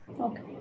Okay